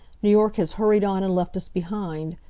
new york has hurried on and left us behind.